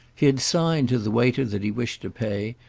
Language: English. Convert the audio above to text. he had signed to the waiter that he wished to pay,